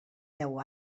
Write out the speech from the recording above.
deu